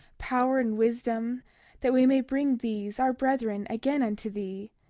power and wisdom that we may bring these, our brethren, again unto thee.